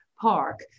Park